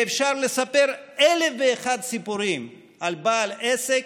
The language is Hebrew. ואפשר לספר אלף ואחד סיפורים על בעל עסק,